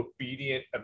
obedient